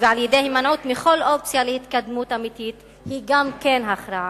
ועל-ידי הימנעות מכל אופציה להתקדמות אמיתית היא גם כן הכרעה.